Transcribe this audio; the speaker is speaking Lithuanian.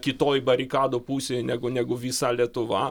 kitoj barikadų pusėj negu negu visa lietuva